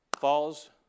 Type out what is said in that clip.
falls